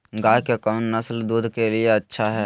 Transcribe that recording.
गाय के कौन नसल दूध के लिए अच्छा है?